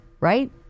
right